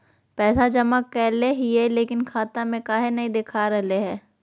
पैसा जमा कैले हिअई, लेकिन खाता में काहे नई देखा रहले हई?